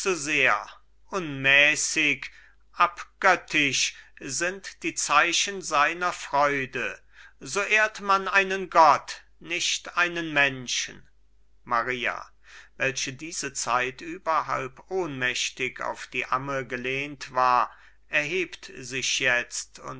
unmäßig abgöttisch sind die zeichen seiner freude so ehrt man einen gott nicht einen menschen maria welche diese zeit über halb ohnmächtig auf die amme gelehnt war erhebt sich jetzt